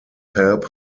help